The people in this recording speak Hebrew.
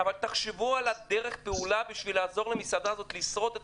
אבל תחשבו על דרך הפעולה לעזור למסעדה הזאת לשרוד את